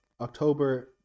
October